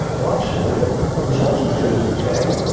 ah ah absolutely. but it was also true as a child.